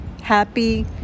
happy